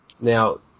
Now